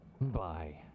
Bye